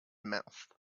mouth